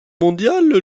mondiale